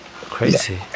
crazy